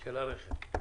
של הרכב.